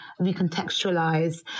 recontextualize